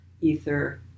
ether